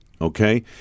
okay